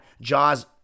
Jaws